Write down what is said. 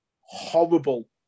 horrible